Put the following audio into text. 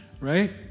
right